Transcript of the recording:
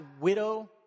widow